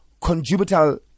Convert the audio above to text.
conjugal